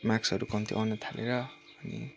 मार्क्सहरू कम्ती आउनु थालेर